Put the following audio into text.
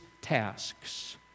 tasks